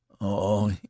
Oh